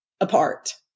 apart